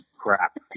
crap